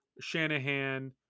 Shanahan